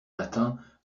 matin